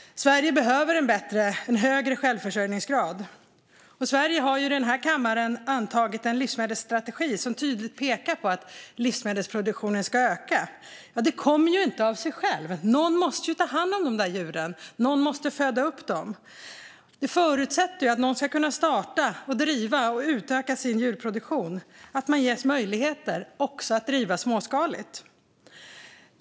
Sverige behöver en högre självförsörjningsgrad. Sverige har i denna kammare antagit en livsmedelsstrategi som tydligt pekar på att livsmedelsproduktionen ska öka. Det kommer inte av sig självt. Någon måste ta hand om djuren; någon måste föda upp dem. Det förutsätter att man kan starta, driva och utöka sin djurproduktion och att man ges möjligheter att också driva den småskaligt.